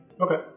Okay